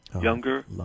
Younger